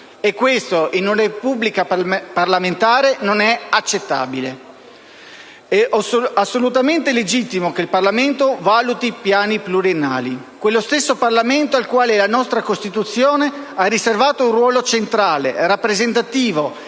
E questo, in una Repubblica parlamentare, non è accettabile. È assolutamente legittimo che il Parlamento valuti piani pluriennali: quello stesso Parlamento al quale la nostra Costituzione ha riservato un ruolo centrale, rappresentativo